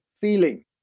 feeling